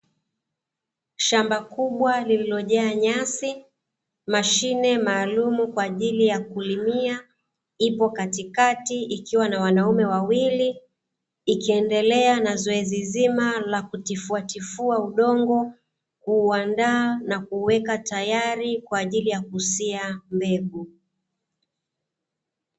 Shamba kubwa lililojaa nyasi, mashine maalumu kwa ajili ya kulimia ipo katikati ikiwa na wanaume wawili ikiendelea na zoezi zima la kutifuatifua udongo, kuuandaa na kuweka tayari kwa ajili ya kusia mbegu.